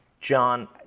John